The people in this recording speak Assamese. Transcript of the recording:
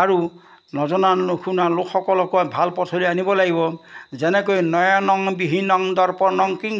আৰু নজনা নুশুনা লোকসকলক ভাল পথলৈ আনিব লাগিব যেনেকৈ নয়নং দিহিনং দৰ্পণং কিং